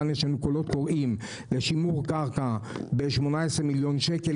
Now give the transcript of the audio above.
יש לנו קולות קוראים לשימור קרקע ב-18 מיליון שקל,